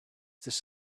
this